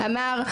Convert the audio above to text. אמר,